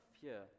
fear